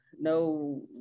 no